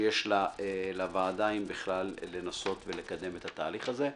שיש לוועדה, אם בכלל, לנסות לקדם את התהליך הזה.